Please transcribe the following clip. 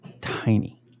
tiny